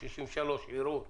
ערעור 63.(א)